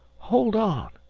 hold on,